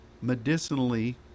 medicinally